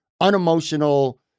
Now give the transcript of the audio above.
unemotional